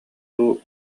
дуу